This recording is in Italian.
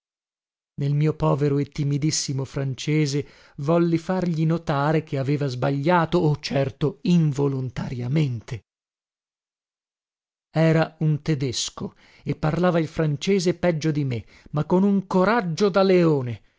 nel mio povero e timidissimo francese volli fargli notare che aveva sbagliato oh certo involontariamente era un tedesco e parlava il francese peggio di me ma con un coraggio da leone